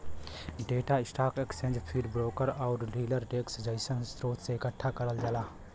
data stock exchange feed, broker आउर dealer desk जइसन स्रोत से एकठ्ठा करल जाला